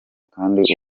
kandi